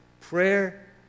Prayer